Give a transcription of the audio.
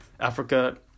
Africa